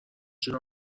جون